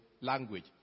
language